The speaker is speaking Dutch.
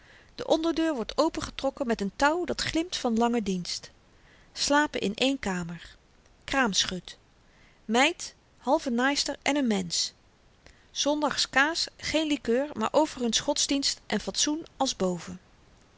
de onderdeur wordt opengetrokken met n touw dat glimt van lange dienst slapen in één kamer kraamschut meid halve naaister en n mensch zondags kaas geen likeur maar overigens godsdienst en fatsoen